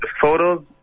photos